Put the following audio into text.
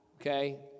okay